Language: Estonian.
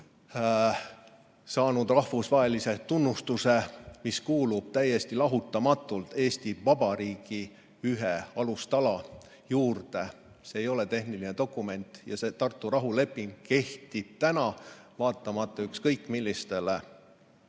saanud rahvusvahelise tunnustuse, mis kuulub täiesti lahutamatult Eesti Vabariigi ühe alustala juurde. See ei ole tehniline dokument. Tartu rahuleping kehtib, vaatamata ükskõik millistele